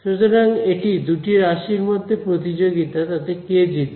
সুতরাং এটি দুটি রাশির মধ্যে প্রতিযোগিতা তাতে কে জিতবে